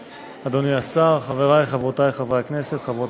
תודה, אדוני השר, חברי חברי הכנסת,